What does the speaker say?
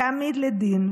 תעמיד לדין,